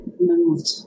moved